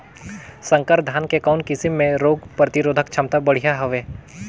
संकर धान के कौन किसम मे रोग प्रतिरोधक क्षमता बढ़िया हवे?